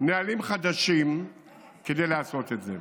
נהלים חדשים כדי לעשות את זה.